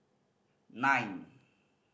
nine